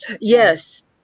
Yes